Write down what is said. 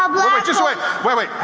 um just wait wait,